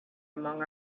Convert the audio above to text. among